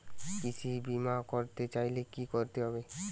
কৃষি বিমা করতে চাইলে কি করতে হবে?